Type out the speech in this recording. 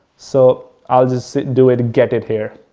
so, i'll just do it, get it here.